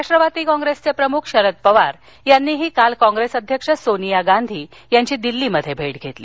राष्ट्रवादी काँग्रेसचे प्रमुख शरद पवार यांनीही काल काँग्रेस अध्यक्ष सोनिया गांधी यांची दिल्लीमध्ये भेट घेतली